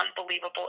unbelievable